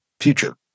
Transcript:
future